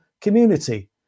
community